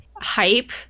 hype